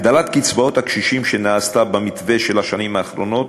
הגדלת קצבאות הקשישים שנעשתה במתווה של השנים האחרונות